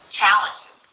challenges